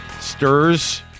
stirs